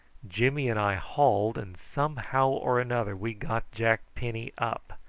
jimmy and i hauled, and somehow or another we got jack penny up,